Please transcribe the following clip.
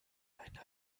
ein